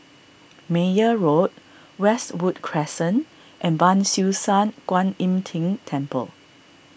Meyer Road Westwood Crescent and Ban Siew San Kuan Im Tng Temple